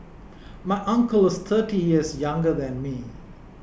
my uncle is thirty years younger than me